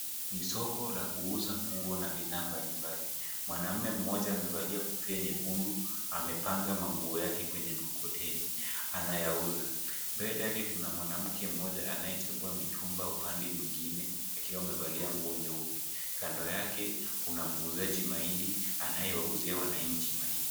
Ni soko la kuuza nguo na bidhaa mbalimbali. Mwanaume mmoja amevalia kofia nyekundu, amepanga manguo yake kwenye mkokoteni anayauza. Mbele yake kuna mwanamke mmoja anayechagua mitumba upande mwingine akiwa amevalia nguo nyeupe. Kando yake kuna muuzaji mahindi anayewauzia wananchi mahindi.